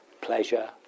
pleasure